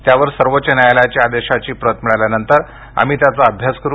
त्यावर सर्वोच्च न्यायालयाच्या आदेशाची प्रत मिळाल्यानंतर आम्ही त्याचा अभ्यास करू